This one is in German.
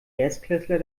erstklässler